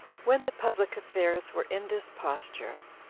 when the public affairs were in this posture,